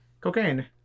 Cocaine